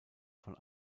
von